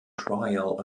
trial